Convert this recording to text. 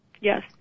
Yes